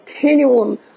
continuum